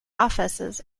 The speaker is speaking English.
offices